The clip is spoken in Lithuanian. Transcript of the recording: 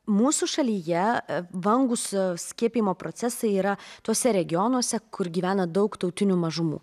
mūsų šalyje vangūs skiepijimo procesai yra tuose regionuose kur gyvena daug tautinių mažumų